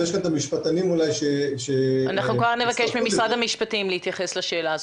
ויש כאן משפטנים --- נבקש ממשרד המשפטים להתייחס לשאלה.